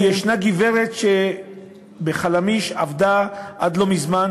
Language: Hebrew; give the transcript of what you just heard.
יש גברת שעבדה ב"חלמיש" עד לא מזמן